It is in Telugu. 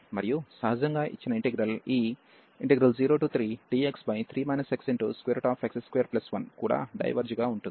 మరియు సహజంగా ఇచ్చిన ఇంటిగ్రల్ ఈ 03dx3 xx21 కూడా డైవెర్జ్ గా ఉంటుంది